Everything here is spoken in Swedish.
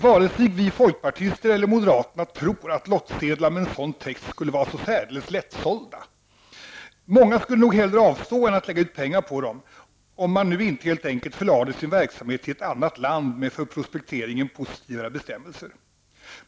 Varken vi folkpartister eller moderaterna tror att lottsedlar med en sådan text skulle vara så särdeles lättsålda. Många skulle nog hellre avstå än att lägga ut pengar på dem, om man inte nu helt enkelt förlade sin verksamhet till annat land med för prospekteringen positivare bestämmelser.